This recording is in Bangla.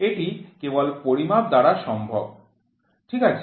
এটি কেবল পরিমাপ দ্বারা সম্ভব ঠিক আছে